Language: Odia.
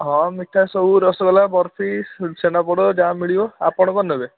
ହଁ ମିଠା ସବୁ ରସଗୋଲା ବରଫି ଛେନାପୋଡ଼ ଯାହା ମିଳିବ ଆପଣ କ'ଣ ନେବେ